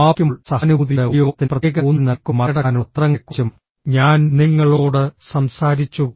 സമാപിക്കുമ്പോൾ സഹാനുഭൂതിയുടെ ഉപയോഗത്തിന് പ്രത്യേക ഊന്നൽ നൽകിക്കൊണ്ട് മറികടക്കാനുള്ള തന്ത്രങ്ങളെക്കുറിച്ചും ഞാൻ നിങ്ങളോട് സംസാരിച്ചു